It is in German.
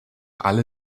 alle